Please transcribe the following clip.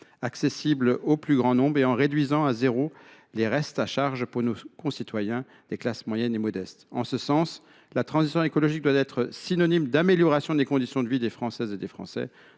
accessibles au plus grand nombre, et qui réduisent à zéro le reste à charge pour nos concitoyens de la classe moyenne et les plus modestes. En ce sens, la transition écologique doit être synonyme d’amélioration des conditions de vie des Françaises et des Français,